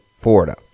Florida